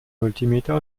multimeter